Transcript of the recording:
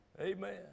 Amen